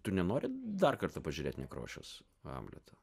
tu nenori dar kartą pažiūrėt nekrošiaus hamleto